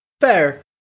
Fair